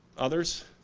others?